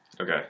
Okay